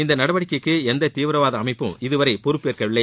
இந்த நடவடிக்கைக்கு எந்த தீவிரவாத அமைப்பும் இதுவரை பொறுப்பேற்றுகொள்வில்லை